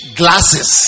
glasses